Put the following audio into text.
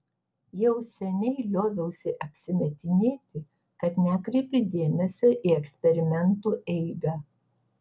jau seniai lioviausi apsimetinėti kad nekreipiu dėmesio į eksperimentų eigą